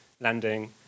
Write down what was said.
landing